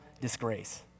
disgrace